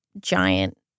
giant